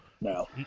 No